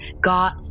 got